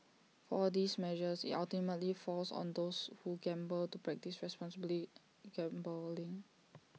for all these measures IT ultimately falls on those who gamble to practise responsibly gambling